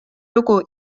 lugu